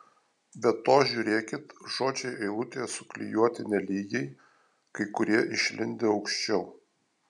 be to žiūrėkit žodžiai eilutėje suklijuoti nelygiai kai kurie išlindę aukščiau